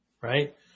right